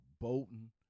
boating